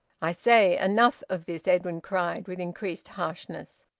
i say enough of this! edwin cried, with increased harshness.